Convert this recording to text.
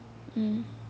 mm